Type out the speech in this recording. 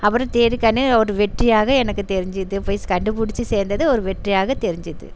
அப்புறம் தேடிக் ஒரு வெற்றியாக எனக்கு தெரிஞ்சுது போய் கண்டுபிடிச்சி சேர்ந்தது ஒரு வெற்றியாக தெரிஞ்சுது